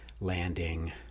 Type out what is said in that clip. landing